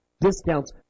discounts